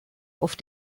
auf